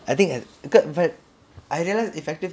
I think because but I realize effective